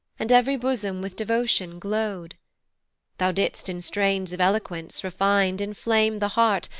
and ev'ry bosom with devotion glow'd thou didst in strains of eloquence refin'd inflame the heart,